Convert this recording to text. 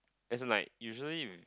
as in like usually if